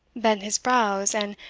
bent his brows, and,